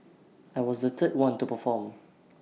I was the third one to perform